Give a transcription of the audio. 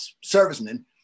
servicemen